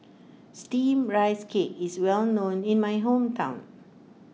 Steamed Rice Cake is well known in my hometown